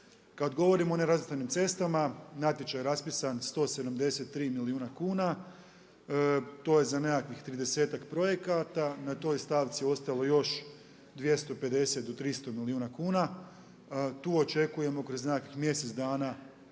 Kada govorimo o nerazvrstanim cestama, natječaj je raspisan 173 milijuna kuna, to je za nekakvih 30-ak projekata. Na toj stavci je ostalo još 250 do 300 milijuna kuna. Tu očekujemo kroz nekakvih mjesec dana